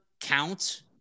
count